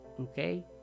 okay